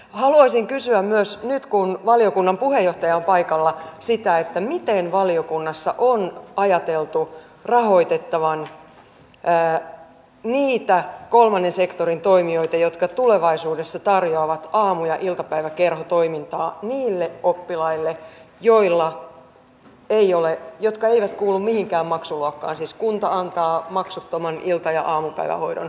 haluaisin kysyä myös nyt kun valiokunnan puheenjohtaja on paikalla sitä miten valiokunnassa on ajateltu rahoitettavan niitä kolmannen sektorin toimijoita jotka tulevaisuudessa tarjoavat aamu ja iltapäiväkerhotoimintaa niille oppilaille jotka eivät kuulu mihinkään maksuluokkaan siis joille kunta antaa maksuttoman ilta ja aamupäivähoidon